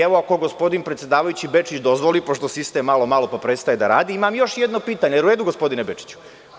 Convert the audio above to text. Evo, ako gospodin predsedavajući Bečić dozvoli, pošto sistem malo, malo pa prestaje da radi, imam još jedno pitanje, da li je u redu gospodine Bečiću?